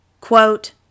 Quote